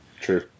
True